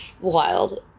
Wild